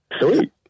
Sweet